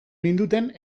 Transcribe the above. ninduten